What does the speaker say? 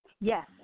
Yes